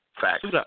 Facts